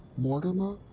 mortimer?